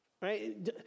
right